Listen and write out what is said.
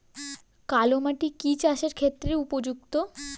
কালো মাটি কি চাষের ক্ষেত্রে উপযুক্ত?